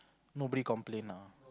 nobody complain ah